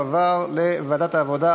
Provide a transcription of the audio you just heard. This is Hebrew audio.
לוועדת העבודה,